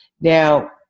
Now